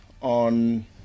on